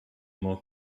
more